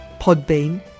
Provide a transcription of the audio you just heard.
Podbean